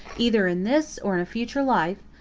either in this or in a future life,